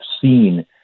seen